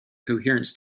coherence